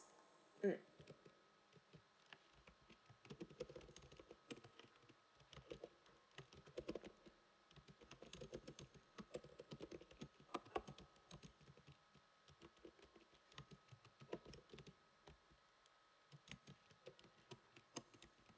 mm